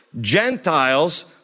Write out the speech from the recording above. Gentiles